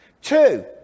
Two